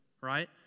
Right